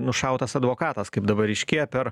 nušautas advokatas kaip dabar ryškėja per